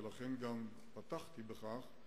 ולכן גם פתחתי בכך,